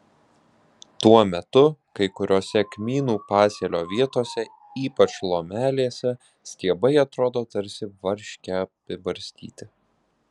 tuo metu kai kuriose kmynų pasėlio vietose ypač lomelėse stiebai atrodo tarsi varške apibarstyti